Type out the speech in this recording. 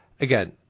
again